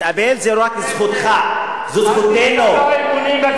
להתאבל זה לא רק זכותך, אז אל תישבע אמונים לכנסת.